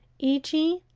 ichi,